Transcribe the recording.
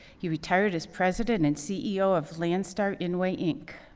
he retired as president and ceo of landstar inway, inc,